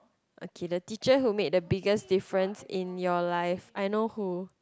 okay the teacher who make the biggest difference in your life I know who